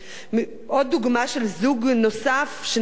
עוד דוגמה, של זוג נוסף, שניהם עובדים,